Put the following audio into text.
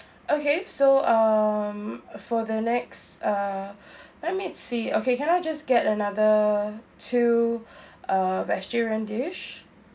okay so um for the next uh let me see okay can I just get another two uh vegetarian dish